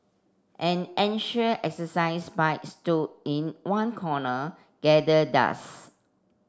an ancient exercise bike stood in one corner gather dust